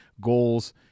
Goals